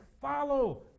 follow